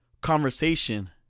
Conversation